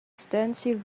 extensive